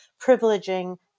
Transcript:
privileging